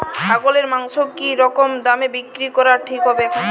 ছাগলের মাংস কী রকম দামে বিক্রি করা ঠিক হবে এখন?